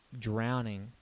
drowning